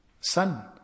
son